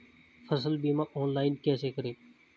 फसल बीमा ऑनलाइन कैसे करें?